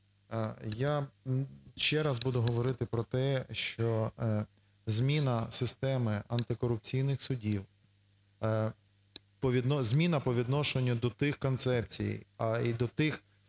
Я ще раз буду говорити про те, що зміна системи антикорупційних судів, зміна по відношенню до тих концепцій і до тих